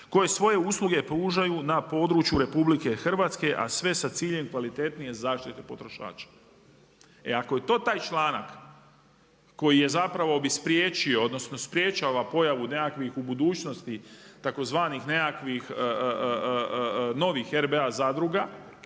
koje svoje usluge pružaju na području RH, a sve sa ciljem kvalitetnije zaštite potrošača. E ako je to taj članak koji sprečava pojavu nekakvih u budućnosti tzv. nekakvih novih RBA zadruga,